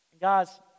Guys